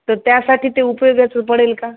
तर त्यासाठी ते उपयोगाचं पडेल का